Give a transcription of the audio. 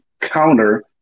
counter